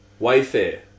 Wayfair